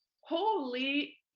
Holy